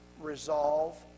resolve